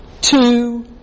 two